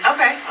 Okay